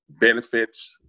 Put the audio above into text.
benefits